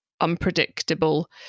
unpredictable